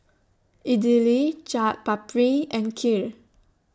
Idili Chaat Papri and Kheer